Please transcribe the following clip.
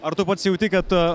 ar tu pats jauti kad